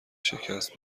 شکست